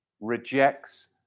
rejects